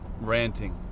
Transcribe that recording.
ranting